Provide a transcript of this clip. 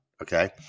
okay